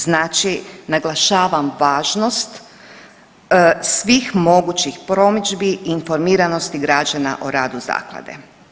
Znači naglašavam važnost svih mogućih promidžbi i informiranosti građana o radu zaklade.